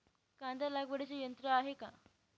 कांदा लागवडीचे यंत्र आहे का?